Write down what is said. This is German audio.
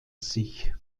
sich